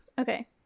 okay